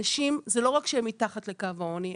אנשים, זה לא רק שהם מתחת לקו העוני.